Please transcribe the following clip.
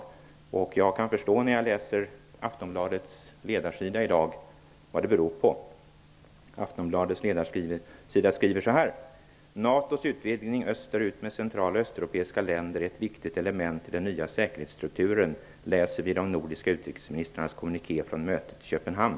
När jag läser Aftonbladets ledarsida i dag kan jag förstå vad det beror på. Aftonbladet skriver så här: "Natos utvidgning österut med central och östeuropeiska länder är ett viktigt element i den nya säkerhetsstrukturen, läser vi i de nordiska utrikesministrarnas kommuniké från mötet i Köpenhamn.